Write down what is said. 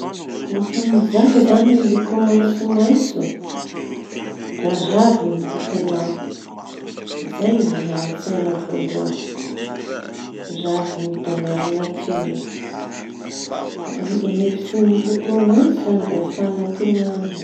No fa mizaka izañy hoe loko maitso, maitso da raviñy hitañao zay ny an-tasainao voalohany raviñy da miaro natiora. Da ny hevitsy loko maitso izañy da fananteñana.